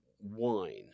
wine